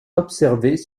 observés